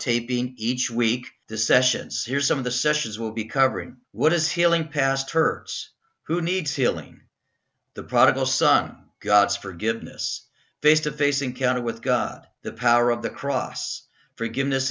taping each week to sessions some of the sessions will be covering what is healing past hurts who needs healing the prodigal son god's forgiveness face to face encounter with god the power of the cross forgiveness